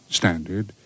standard